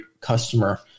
customer